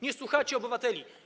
Nie słuchacie obywateli.